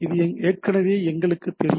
இது ஏற்கனவே எங்களுக்குத் தெரியும்